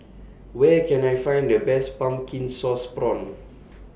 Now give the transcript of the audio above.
Where Can I Find The Best Pumpkin Sauce Prawns